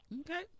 Okay